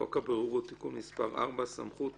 חוק הבוררות (תיקון מס' 4) (סמכות